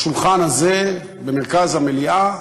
לשולחן הזה, במרכז המליאה,